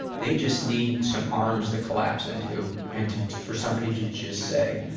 they just need some arms to collapse into and for somebody to just say,